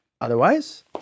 otherwise